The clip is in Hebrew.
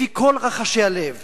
לפי כל רחשי הלב